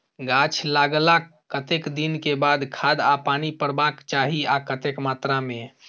गाछ लागलाक कतेक दिन के बाद खाद आ पानी परबाक चाही आ कतेक मात्रा मे?